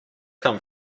come